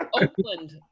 Oakland